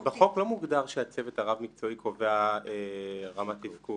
אבל בחוק לא מוגדר שהצוות הרב מקצועי קובע רמת תפקוד.